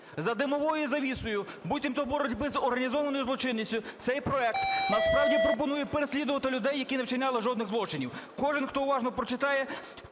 За димовою завісою буцімто боротьби з організованою злочинністю цей проект насправді пропонує переслідувати людей, які не вчиняли жодних злочинів. Кожен, хто уважно прочитає